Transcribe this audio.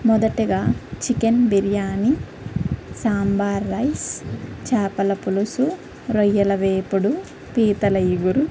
మొదటిగా chicken biryani sambar rice చాపల పులుసు రొయ్యల వేపుడు పీతల ఇగురు